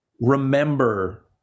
remember